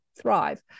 thrive